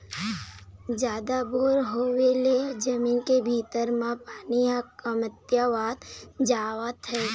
जादा बोर होय ले जमीन के भीतरी म पानी ह कमतियावत जावत हे